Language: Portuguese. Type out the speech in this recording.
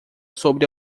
sobre